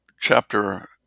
chapter